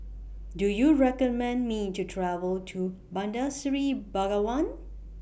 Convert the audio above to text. Do YOU recommend Me to travel to Bandar Seri Begawan